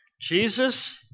Jesus